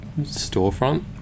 storefront